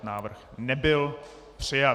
Návrh nebyl přijat.